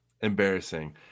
Embarrassing